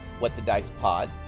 whatthedicepod